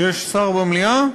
יש שר במליאה?